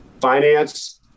finance